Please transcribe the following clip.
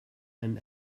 einen